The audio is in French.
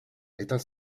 est